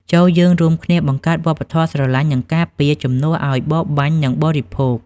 ចូរយើងរួមគ្នាបង្កើតវប្បធម៌ "ស្រឡាញ់ និងការពារ" ជំនួសឱ្យ "បរបាញ់ និងបរិភោគ"។